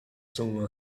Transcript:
soon